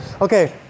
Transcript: Okay